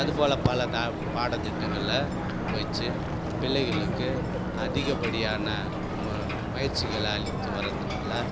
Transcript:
அதுபோல் பல தா பாடத்திட்டங்களை வச்சு பிள்ளைகளுக்கு அதிகப்படியான மு பயிற்சிகளை அளித்து வர்றதுனால்